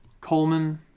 Coleman